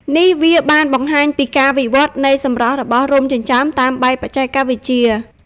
នេះវាបានបង្ហាញពីការវិវឌ្ឍន៍នៃសម្រស់របស់រោមចិញ្ចើមតាមបែបបច្ចេកវិទ្យា។